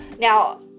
Now